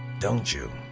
don't you